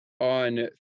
on